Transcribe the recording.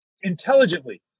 intelligently